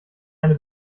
eine